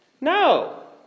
No